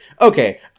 Okay